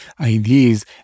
ideas